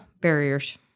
barriers